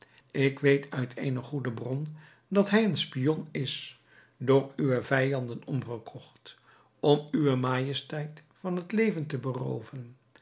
ik weet uit eene goede bron dat hij een spion is door uwe vijanden omgekocht om uwe majesteit van het leven te berooven